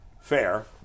Fair